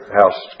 house